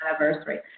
anniversary